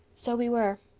so we were.